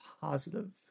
positive